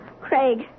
Craig